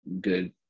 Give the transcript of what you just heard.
good